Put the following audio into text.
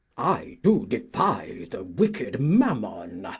i do defy the wicked mammon,